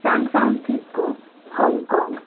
San Francisco Hong Kong